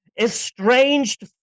estranged